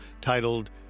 titled